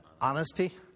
Honesty